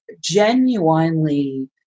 genuinely